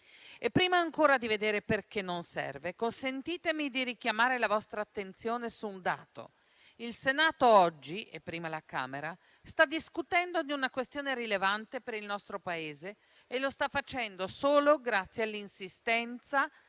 Prima ancora di vedere perché non serve, consentitemi di richiamare la vostra attenzione su un dato: il Senato oggi, e prima la Camera, sta discutendo di una questione rilevante per il nostro Paese e lo sta facendo solo grazie all'insistenza